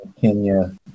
Kenya